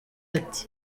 ati